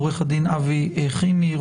עו"ד אבי חימי,